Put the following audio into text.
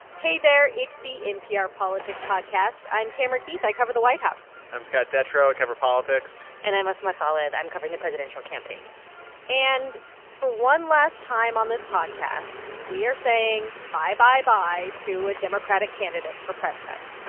hey there. it's the npr politics podcast i'm tamara keith. i cover the white house i'm scott detrow. i cover politics and i'm asma khalid. i'm covering the presidential campaign and for one last time on this podcast, we are saying bye, bye, bye to a democratic candidate for president